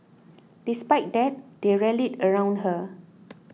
despite that they rallied around her